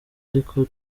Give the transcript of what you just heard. ariko